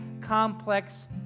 complex